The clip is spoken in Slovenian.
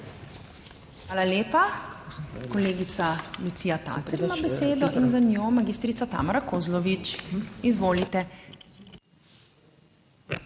Hvala lepa. Kolegica Lucija Tacen ima besedo in za njo magistrica Tamara Kozlovič. Izvolite.